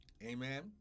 Amen